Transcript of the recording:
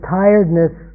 tiredness